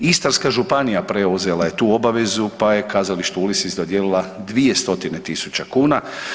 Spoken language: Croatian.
Istarska županija preuzela je tu obavezu, pa je kazalištu Ulysses dodijelila 2 stotine tisuća kuna.